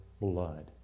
blood